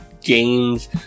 games